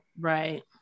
Right